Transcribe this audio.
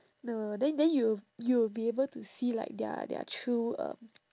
no then then you will you will be able to see like their their true um